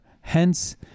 Hence